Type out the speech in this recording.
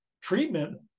treatment